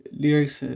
lyrics